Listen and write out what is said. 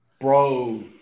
Bro